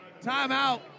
Timeout